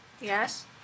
Yes